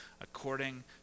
according